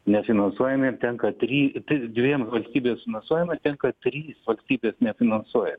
nefinansuojamiem tenka try dviem valstybės finansuojamiem tenka trys valstybės nefinansuojami